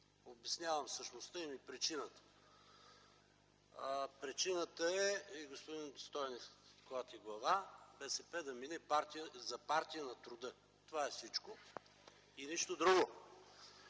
обяснявам същността и причината. Причината е, и господин Стойнев клати глава, БСП да мине за партия на труда. Това е всичко и нищо друго!